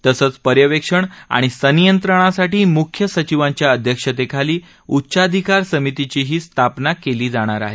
तसंच पर्यवेक्षण आणि संनियंत्रणासाठी मुख्य सचिवांच्या अध्यक्षतेखाली उच्चाधिकार समितीचीही स्थापला केली आहे